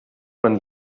man